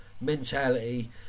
mentality